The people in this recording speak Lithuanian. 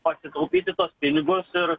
pasitaupyti tuos pinigus ir